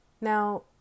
Now